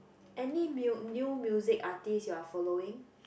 any mu~ new music artist you are following